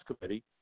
Committee